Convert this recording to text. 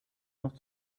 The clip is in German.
noch